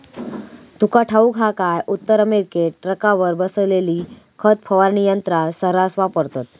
तुका ठाऊक हा काय, उत्तर अमेरिकेत ट्रकावर बसवलेली खत फवारणी यंत्रा सऱ्हास वापरतत